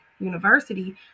university